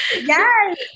Yes